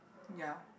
ya